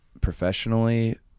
Professionally